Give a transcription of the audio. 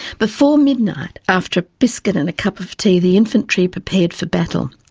before midnight, after a biscuit and a cup of tea, the infantry prepared for battle.